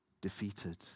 defeated